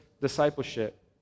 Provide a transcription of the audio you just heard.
discipleship